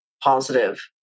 positive